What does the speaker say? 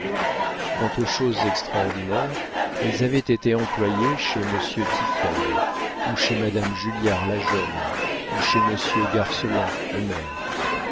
quant aux choses extraordinaires elles avaient été employées chez monsieur tiphaine ou chez madame julliard la jeune ou chez monsieur garceland le maire